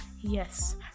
yes